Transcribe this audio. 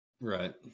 Right